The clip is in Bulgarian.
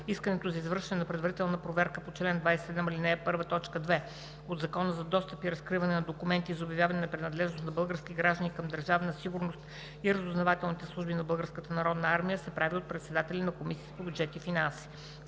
Искането за извършване на предварителна проверка по чл. 27, ал. 1, т. 2 от Закона за достъп и разкриване на документите и за обявяване на принадлежност на български граждани към Държавна сигурност и разузнавателните служби на Българската народна армия се прави от председателя на Комисията по бюджет и финанси.